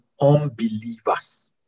unbelievers